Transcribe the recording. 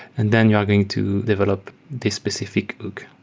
and then you are going to develop this specific hook.